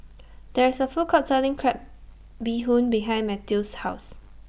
There IS A Food Court Selling Crab Bee Hoon behind Mathew's House